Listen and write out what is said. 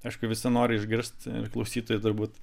aišku visi nori išgirsti klausytojai turbūt